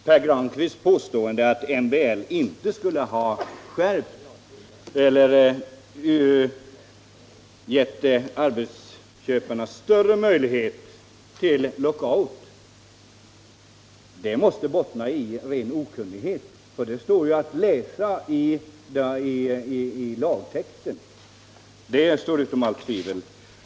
Herr talman! Pär Granstedts påstående att MBL inte skulle ha givit arbetsköparna större möjlighet till lockout måste bottna i ren okunnighet, för det står ju att läsa i lagtexten att det är så. Detta är ställt utom allt tvivel.